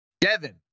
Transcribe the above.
Devin